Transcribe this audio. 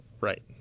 right